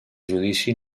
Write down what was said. judici